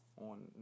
on